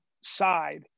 side